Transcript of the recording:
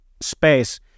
space